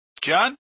John